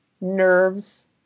nerves